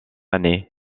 année